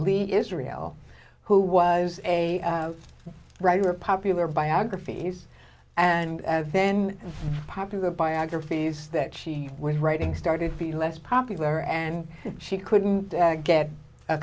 lee israel who was a regular popular biographies and then popular biographies that she was writing started feel less popular and she couldn't get a